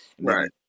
Right